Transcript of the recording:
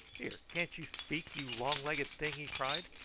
here, can't you speak, you long-legged thing? he cried.